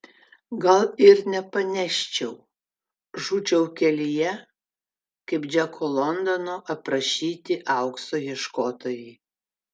gal ir nepaneščiau žūčiau kelyje kaip džeko londono aprašyti aukso ieškotojai